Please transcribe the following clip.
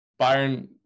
Bayern